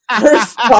First